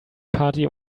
party